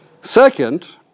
Second